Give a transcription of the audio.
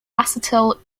acetyl